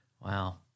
Wow